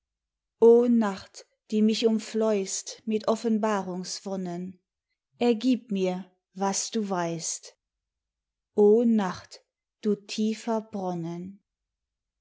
sonnen o nacht die mich umfleußt mit offenbarungswonnen ergib mir was du weißt o nacht du tiefer